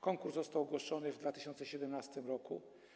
Konkurs został ogłoszony w 2017 r.